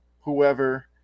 whoever